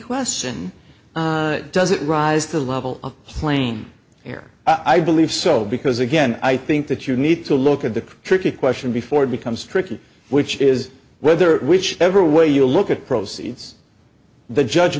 question does it rise to the level of plain here i believe so because again i think that you need to look at the tricky question before it becomes tricky which is whether which ever way you look at proceeds the judge